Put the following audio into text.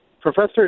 professor